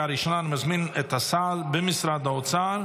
הוראת שעה,